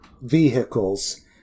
vehicles